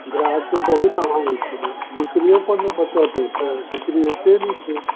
गाहकके बहुत अभाव होइ छै ने बिक्रिएपर ने बचत हेतै बिक्री होइते नहि छै